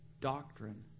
doctrine